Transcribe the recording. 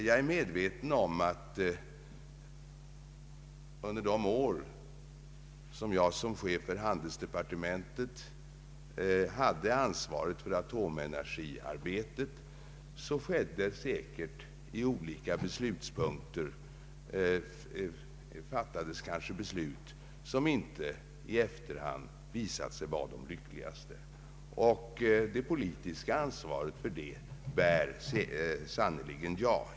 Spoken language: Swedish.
Jag är medveten om att under de år jag som chef för handelsdepartementet hade ansvaret för atomenergiarbetet fattades kanske beslut som inte i efterhand visat sig vara de lyckligaste. Det politiska ansvaret härför bär sannerligen jag.